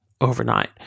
overnight